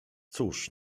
cóż